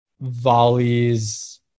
volleys